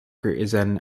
driver